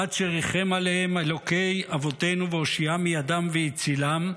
עד שריחם עליהם אלוקי אבותינו והושיעם מידם והצילם.